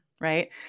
right